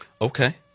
Okay